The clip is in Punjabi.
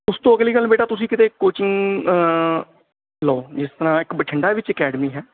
ਉਸ ਤੋਂ ਅਗਲੀ ਗੱਲ ਬੇਟਾ ਤੁਸੀਂ ਕਿਤੇ ਕੋਚਿੰਗ ਲਓ ਜਿਸ ਤਰ੍ਹਾਂ ਇੱਕ ਬਠਿੰਡਾ ਵਿੱਚ ਅਕੈਡਮੀ ਹੈ